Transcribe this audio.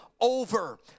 Over